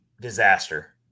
disaster